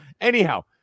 anyhow